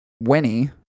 Winnie